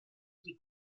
die